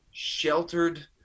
sheltered